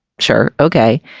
sure. okay.